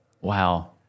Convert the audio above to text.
Wow